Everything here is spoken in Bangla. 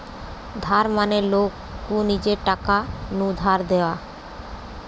ধার মানে লোক কু নিজের টাকা নু টাকা ধার দেওয়া